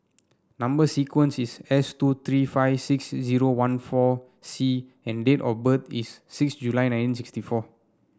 number sequence is S two three five six zero one four C and date of birth is six July nineteen sixty four